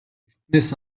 эртнээс